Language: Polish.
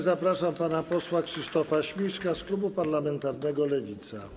Zapraszam pana posła Krzysztofa Śmiszka z klubu parlamentarnego Lewica.